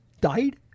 died